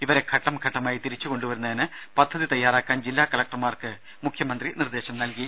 ഇവരെ ഘട്ടംഘട്ടമായി തിരിച്ചു കൊണ്ടുവരുന്നതിന് പദ്ധതി തയ്യാറാക്കാൻ ജില്ലാ കലക്ടർമാർക്ക് മുഖ്യമന്ത്രി നിർദേശം നൽകി